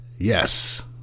Yes